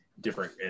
different